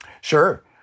Sure